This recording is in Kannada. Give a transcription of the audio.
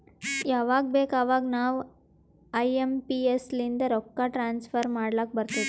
ಯವಾಗ್ ಬೇಕ್ ಅವಾಗ ನಾವ್ ಐ ಎಂ ಪಿ ಎಸ್ ಲಿಂದ ರೊಕ್ಕಾ ಟ್ರಾನ್ಸಫರ್ ಮಾಡ್ಲಾಕ್ ಬರ್ತುದ್